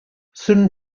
sun